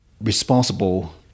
responsible